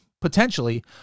potentially